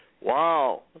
Wow